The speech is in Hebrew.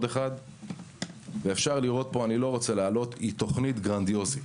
בשקף הבא רואים תוכנית גרנדיוזית